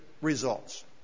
results